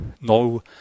no